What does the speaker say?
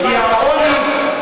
כי העוני,